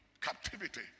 captivity